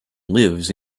lives